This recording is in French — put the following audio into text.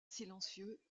silencieux